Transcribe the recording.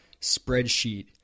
spreadsheet